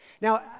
Now